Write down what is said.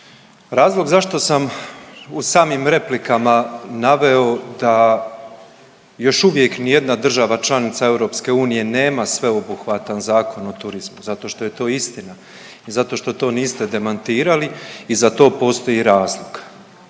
Razlog zašto sam u samim replikama naveo da još uvijek nijedna država članica EU nema sveobuhvatan Zakon o turizmu, zato što je to istina, zato što to niste demantirali i za to postoji razlog.